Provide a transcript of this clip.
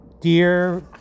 dear